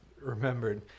remembered